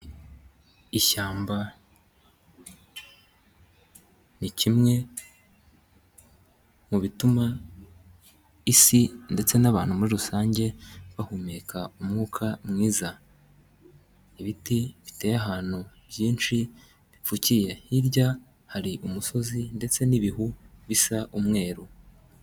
Ishyamba ni kimwe mu bituma isi ndetse n'abantu muri rusange bahumeka umwuka mwiza, ibiti biteye ahantu byinshi bipfukiye hirya hari umusozi ndetse n'bihu bisa umweru.